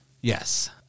yes